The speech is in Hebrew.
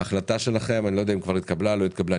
ההחלטה שלכם אני לא יודע אם כבר התקבלה או לא התקבלה,